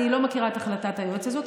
אני לא מכירה את החלטת היועץ הזאת.